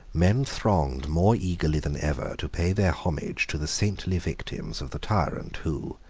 men thronged more eagerly than ever to pay their homage to the saintly victims of the tyrant who,